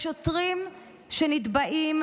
לשוטרים שנתבעים,